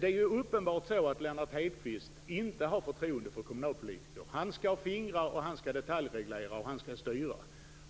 Det är uppenbart att Lennart Hedquist inte har förtroende för kommunalpolitiker. Han skall fingra, detaljreglera och styra.